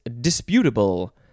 disputable